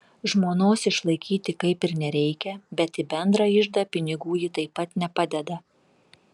žmonos išlaikyti kaip ir nereikia bet į bendrą iždą pinigų ji taip pat nepadeda